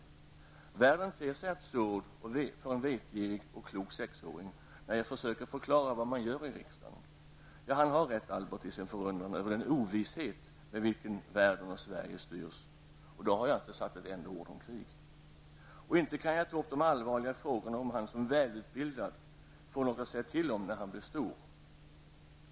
Världen ter sig absurd för en vetgirig och klok sexåring, när jag försöker förklara vad man gör i riksdagen. Ja, han har rätt, Albert, i sin förundran över den ovishet med vilken världen och Sverige styrs. Och då har jag inte sagt ett enda ord om krig. Och inte kan jag ta upp de allvarliga frågorna om han som välutbildad får något att säga till om när han blir stor.